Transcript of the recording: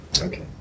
Okay